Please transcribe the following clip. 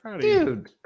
dude